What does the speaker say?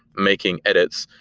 making edits.